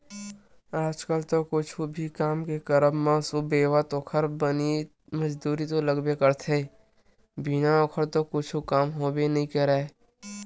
आज कल तो कुछु भी काम के करब म सुबेवत ओखर बनी मजदूरी तो लगबे करथे बिना ओखर तो कुछु काम होबे नइ करय